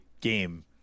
game